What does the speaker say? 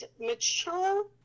mature